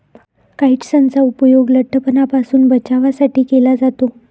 काइट्सनचा उपयोग लठ्ठपणापासून बचावासाठी केला जातो